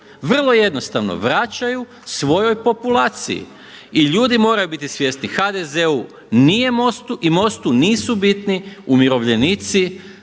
vrlo jednostavno vraćaju svojoj populaciji i ljudi moraju biti svjesni HDZ-u i MOST-u nisu bitni umirovljenici